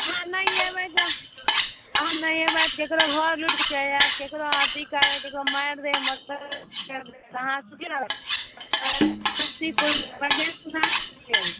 अहाँ नहि अयबै तऽ अहाँ नहि अयबै तऽ केकरो घर लुटतै आओर केकरो अथी करै हय केकरो मारि दय हय मर्डर कै तऽ अहाँ सुखी रहब छियै